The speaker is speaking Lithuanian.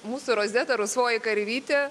mūsų rozeta rusvoji karvytė